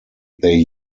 they